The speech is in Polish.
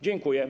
Dziękuję.